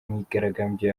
myigaragambyo